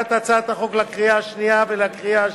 בהכנת הצעת החוק לקריאה השנייה ולקריאה השלישית,